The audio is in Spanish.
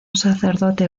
sacerdote